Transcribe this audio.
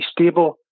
stable